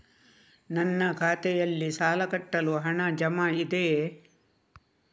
ನನ್ನ ಖಾತೆಯಲ್ಲಿ ಸಾಲ ಕಟ್ಟಲು ಹಣ ಜಮಾ ಇದೆಯೇ?